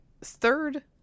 third